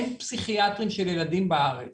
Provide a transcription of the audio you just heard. אין פסיכיאטרים של ילדים בארץ